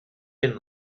been